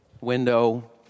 window